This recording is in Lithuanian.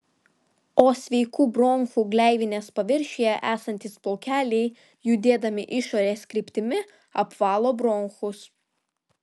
o sveikų bronchų gleivinės paviršiuje esantys plaukeliai judėdami išorės kryptimi apvalo bronchus